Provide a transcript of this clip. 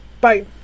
Bye